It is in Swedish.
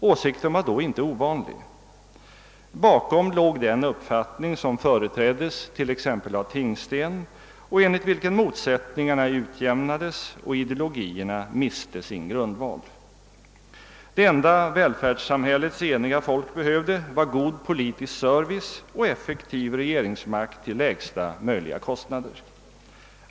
Åsikten var då inte ovanlig. Bakom låg den uppfattning som företräddes t.ex. av Tingsten och enligt vilken motsättningarna utjämnades och ideologierna miste sin grundval. Det enda välfärdssamhällets eniga folk behövde var god politisk service och effektiv regeringsmakt till lägsta möjliga kostnader.